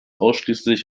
ausschließlich